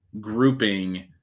grouping